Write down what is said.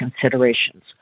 considerations